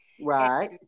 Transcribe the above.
Right